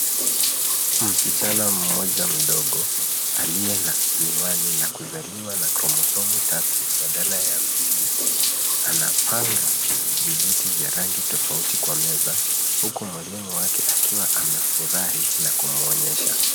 Msichana mmoja mdogo, aliye na miwani na kuzaliwa na kromosomu tatu badala ya mbili anapanga vijiti vya rangi tofauti kwa meza, huku mwalimu wake akiwa amefurahi na kumuonyesha.